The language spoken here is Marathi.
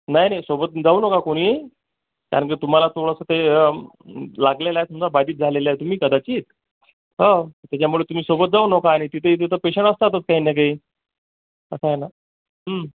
नाही नाही सोबत जाऊ नका कोणी कारण की तुम्हाला थोडंसं ते लागलेला आहे ना बाधित झालेला आहे तुम्ही कदाचित हा त्याच्यामुळे तुम्ही सोबत जाऊ नका आणि तिथे पेशंट असतातच काही ना काही कसं आहे ना हूं